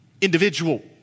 individual